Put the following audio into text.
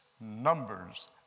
Numbers